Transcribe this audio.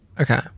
Okay